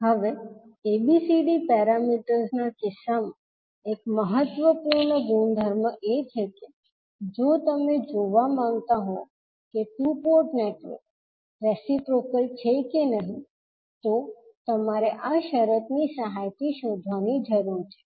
હવે ABCD parameters ના કિસ્સામાં એક મહત્વપૂર્ણ ગુણધર્મ એ છે કે જો તમે તે જોવા માંગતા હો કે ટુ પોર્ટ નેટવર્ક રેસીપ્રોકલ છે કે નહીં તમારે આ શરતની સહાયથી શોધવાની જરૂર છે